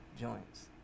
joints